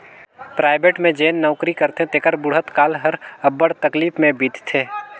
private में जेन नउकरी करथे तेकर बुढ़त काल हर अब्बड़ तकलीफ में बीतथे